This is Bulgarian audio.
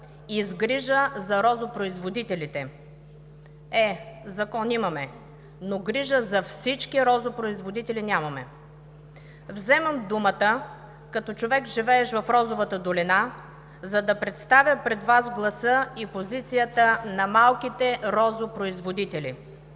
и с грижа за розопроизводителите. Е, Закон имаме, но грижа за всички розопроизводители нямаме. Вземам думата като човек, живеещ в Розовата долина, за да представя пред Вас гласа и позицията на малките розопроизводители,